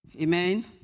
Amen